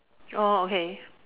oh okay